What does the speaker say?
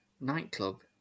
nightclub